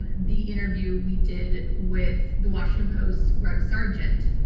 the the interview we did with the washington post's greg sargent.